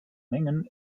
mengen